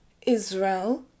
Israel